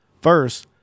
First